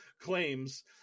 claims